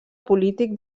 polític